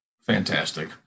Fantastic